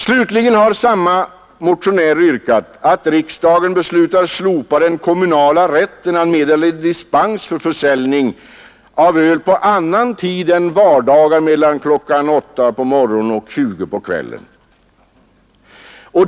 Slutligen har samma motionärer yrkat att riksdagen skall slopa den kommunala rätten att meddela dispens för försäljning av öl på annan tid än vardagar mellan kl. 8 på morgonen och 20 på kvällen.